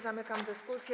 Zamykam dyskusję.